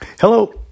Hello